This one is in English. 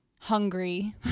hungry